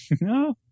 No